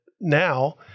now